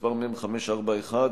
מס' מ/541,